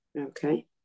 Okay